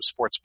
sportsbook